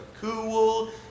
cool